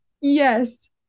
Yes